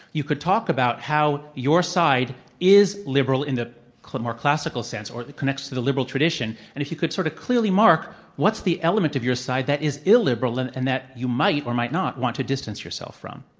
you could talk about how your side is liberal in the more classical sense, or connects to the liberal tradition, and if you could sort of clearly mark what's the element of your side that is illiberal and and that you might or might not want to distance yourself from.